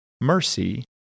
mercy